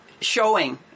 showing